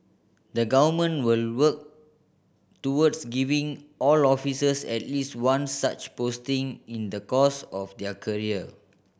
the Government will work towards giving all officers at least one such posting in the course of their career